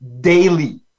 daily